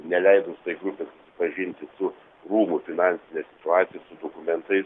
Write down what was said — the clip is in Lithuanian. neleidus tai grupei pažinti su rūmų finansine situacija su dokumentais